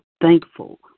thankful